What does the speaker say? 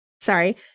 sorry